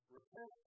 Repent